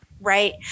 right